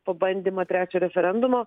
pabandymą trečią referendumo